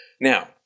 Now